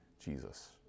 Jesus